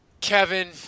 Kevin